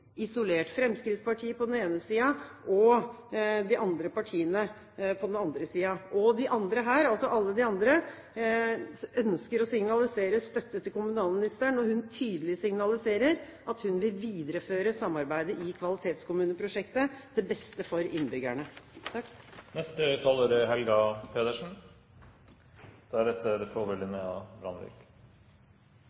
isolert – Fremskrittspartiet på den ene siden og de andre partiene på den andre siden. Alle de andre ønsker å signalisere støtte til kommunalministeren når hun tydelig signaliserer at hun vil videreføre samarbeidet i Kvalitetskommuneprosjektet, til beste for innbyggerne. Kommuneproposisjonen for 2011 viser at regjeringen, gjennom de økonomiske rammene for kommunesektoren neste